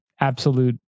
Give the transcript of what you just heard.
absolute